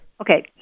Okay